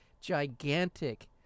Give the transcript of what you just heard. gigantic